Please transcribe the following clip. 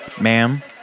Ma'am